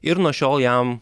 ir nuo šiol jam